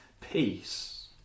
peace